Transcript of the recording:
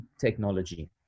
technology